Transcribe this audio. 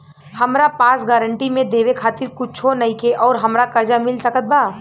हमरा पास गारंटी मे देवे खातिर कुछूओ नईखे और हमरा कर्जा मिल सकत बा?